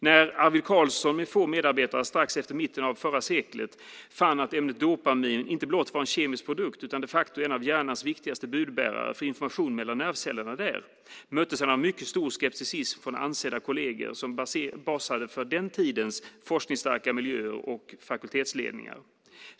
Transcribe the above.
När Arvid Carlsson med få medarbetare strax efter mitten av förra seklet fann att ämnet dopamin inte blott var en kemisk produkt, utan de facto är en av hjärnans viktigaste budbärare för information mellan nervcellerna, möttes han av mycket stor skepsis från ansedda kolleger som basade för den tidens forskningsstarka miljöer och fakultetsledningar.